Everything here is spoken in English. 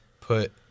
put